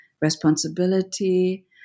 responsibility